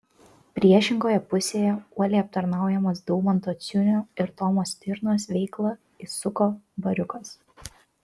priešingoje pusėje uoliai aptarnaujamas daumanto ciunio ir tomo stirnos veiklą įsuko bariukas